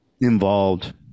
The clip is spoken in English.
involved